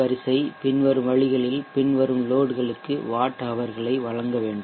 வரிசை பின்வரும் வழிகளில் பின்வரும் லோட்களுக்கு வாட் ஹவர்களை வழங்க வேண்டும்